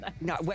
No